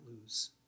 lose